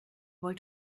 wollt